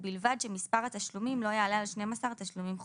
ובלבד שמספר התשלומים לא יעלה על 12 תשלומים חודשיים.